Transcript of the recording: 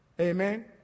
Amen